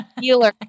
healer